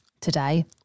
today